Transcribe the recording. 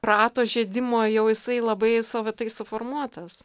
rato žiedimo jau jisai labai savitai suformuotas